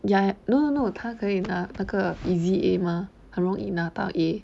ya no no no 它可以拿那个 easy A mah 很容易拿到 A